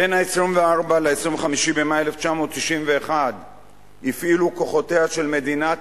בין 24 ל-25 במאי 1991 הפעילו כוחותיה של מדינת